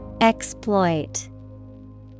Exploit